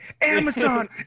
Amazon